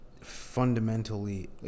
fundamentally